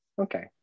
okay